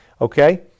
okay